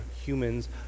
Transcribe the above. humans